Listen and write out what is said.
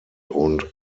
und